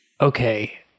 Okay